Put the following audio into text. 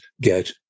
get